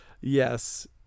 Yes